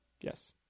Yes